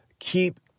Keep